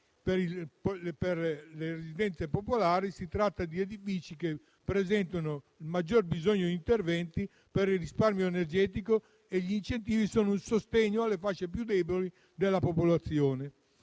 le residenze popolari sono edifici che presentano il maggior bisogno di interventi per il risparmio energetico. E gli incentivi sono un sostegno alle fasce più deboli della popolazione.